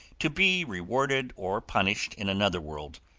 to be rewarded or punished in another world,